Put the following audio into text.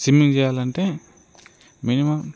swimming చెయ్యాలంటే మేము